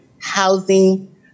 housing